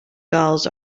gulls